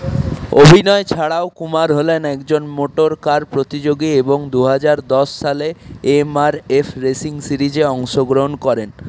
অভিনয় ছাড়াও কুমার হলেন একজন মোটর কার প্রতিযোগী এবং দু হাজার দশ সালে এম আর এফ রেসিং সিরিজে অংশগ্রহণ করেন